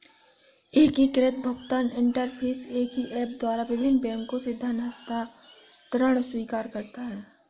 एकीकृत भुगतान इंटरफ़ेस एक ही ऐप द्वारा विभिन्न बैंकों से धन हस्तांतरण स्वीकार करता है